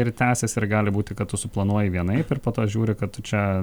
ir tęsiasi ir gali būti kad tu suplanuoji vienaip ir po to žiūri kad tu čia